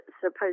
suppose